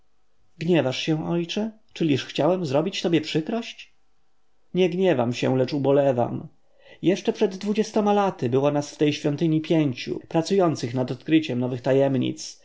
umysł gniewasz się ojcze czyliż chciałem zrobić tobie przykrość nie gniewam się lecz ubolewam jeszcze przed dwudziestoma laty było nas w tej świątyni pięciu pracujących nad odkryciem nowych tajemnic